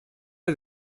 est